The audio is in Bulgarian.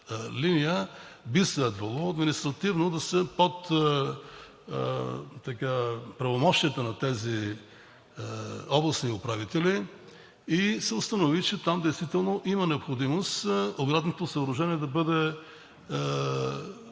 линия би следвало административно да е под правомощията на тези областни управители. Установи се, че там действително има необходимост оградното съоръжение да бъде